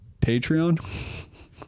Patreon